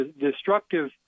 destructive